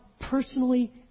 personally